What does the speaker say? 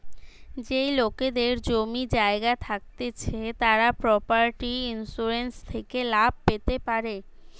যেই লোকেদের জমি জায়গা থাকতিছে তারা প্রপার্টি ইন্সুরেন্স থেকে লাভ পেতে পারে